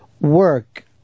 work